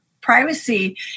privacy